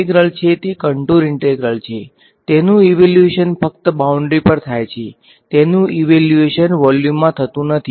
તેથી યાદ રાખો કે આ ઈન્ટેગ્રલ છે તે કંટુર ઈન્ટેગ્રલ છે તેનું ઈવેલ્યુએશન ફક્ત બાઉન્ડ્રી પર થાય છે તેનું ઈવેલ્યુએશન વોલ્યુમમાં થતું નથી